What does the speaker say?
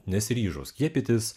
nesiryžo skiepytis